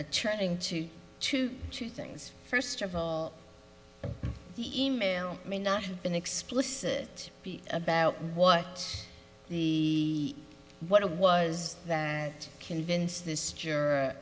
formed turning to two two things first of all the e mail may not have been explicit about what the what it was that convinced this juror